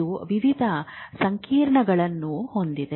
ಇದು ವಿವಿಧ ಸಂಕೀರ್ಣಗಳನ್ನು ಹೊಂದಿದೆ